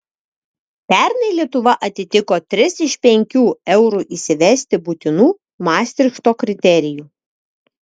pernai lietuva atitiko tris iš penkių eurui įsivesti būtinų mastrichto kriterijų